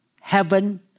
Heaven